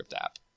app